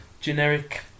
generic